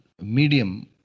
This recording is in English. medium